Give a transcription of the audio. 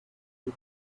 did